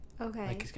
okay